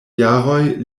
jaroj